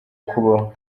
kubaho